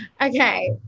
okay